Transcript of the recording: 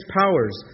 powers